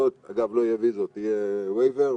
זה מה שחשוב, להתפרנס בכבוד והלביא לחם